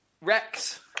Rex